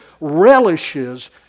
relishes